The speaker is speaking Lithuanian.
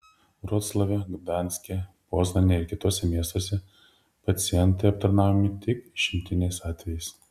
vroclave gdanske poznanėje ir kituose miestuose pacientai aptarnaujami tik išimtiniais atvejais